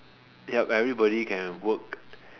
yup everybody can have work